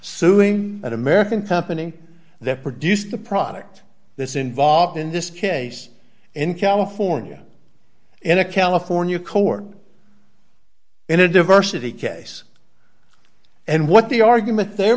suing an american company that produced the product this involved in this case in california in a california court in a diversity case and what the argument they're